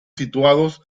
situados